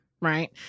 right